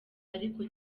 ariko